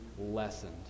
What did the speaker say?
lessened